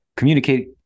communicate